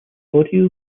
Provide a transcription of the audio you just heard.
audio